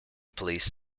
police